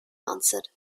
answered